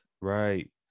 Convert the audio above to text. Right